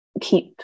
keep